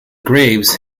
graves